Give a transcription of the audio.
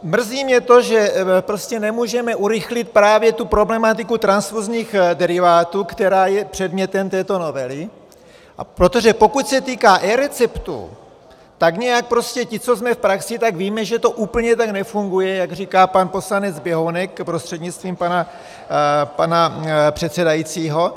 Mrzí mě to, že prostě nemůžeme urychlit právě tu problematiku transfuzních derivátů, která je předmětem této novely, protože pokud se týká eReceptů, tak nějak prostě ti, co jsme v praxi, víme, že to úplně tak nefunguje, jak říká pan poslanec Běhounek prostřednictvím pana předsedajícího.